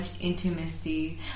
intimacy